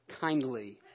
kindly